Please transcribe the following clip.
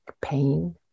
pain